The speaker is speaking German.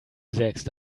sägst